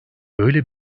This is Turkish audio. böyle